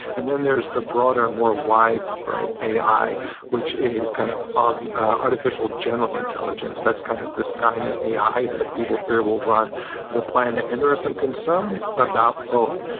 and then there's the broader, more widespread ai, which is kind of ah artificial general intelligence. that's kind of this kind of ai that people fear will run the planet. and there are some concerns about both.